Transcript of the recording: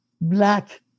black